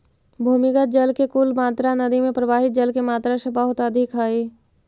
भूमिगत जल के कुल मात्रा नदि में प्रवाहित जल के मात्रा से बहुत अधिक हई